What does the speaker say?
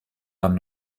beim